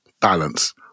Balance